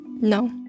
No